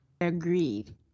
Agreed